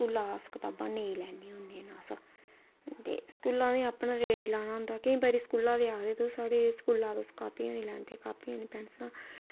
स्कूला कताबां नेईं लैन्ने होन्ने अस ते स्कूलां आह्लें अपना रेट लाना होंदा केईं बारी स्कूला आह्ले आक्खदे की तुस साढ़े स्कूला कॉपियां नेईं लैंदे कॉपियां पैंसलां